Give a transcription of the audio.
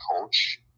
coach